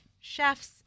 chefs